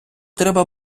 треба